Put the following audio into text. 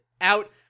out